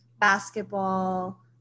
basketball